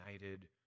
united